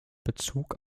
bezug